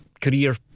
career